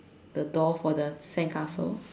the door for the sandcastle